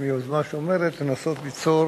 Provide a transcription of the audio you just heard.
יוזמה שאומרת לנסות ליצור